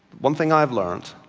one thing i have learnt,